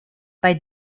bei